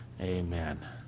Amen